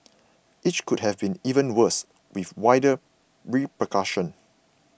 each could have been even worse with wider repercussions